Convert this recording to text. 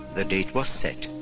the date was set.